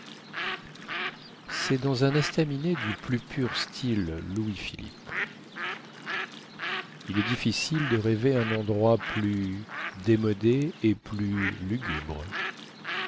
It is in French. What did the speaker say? cest dans un estaminet du plus pur style louis-philippe il est difficile de rêver un endroit plus démodé et plus lugubre